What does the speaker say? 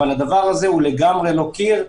שוב, העניין הזה הוא לגמרי לא קיר,